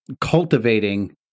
cultivating